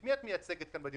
את מי את מייצגת בדיון,